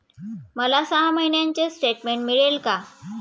मला सहा महिन्यांचे स्टेटमेंट मिळेल का?